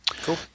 Cool